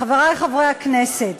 חברי חברי הכנסת,